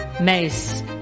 Mace